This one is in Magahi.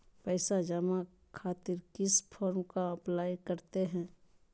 पैसा जमा खातिर किस फॉर्म का अप्लाई करते हैं?